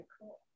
cool